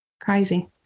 crazy